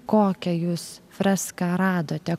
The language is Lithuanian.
kokią jūs freską radote